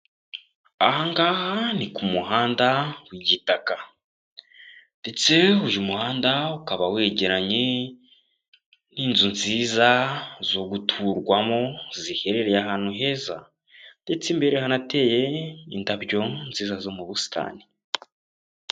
Aha ngaha ni ku muhanda, w'igitaka. ndetse uyu muhanda ukaba wegeranye, n'inzu nziza zo guturwamo, ziherereye ahantu heza. Ndetse imbere hanateye indabyo, nziza zo mu busitani.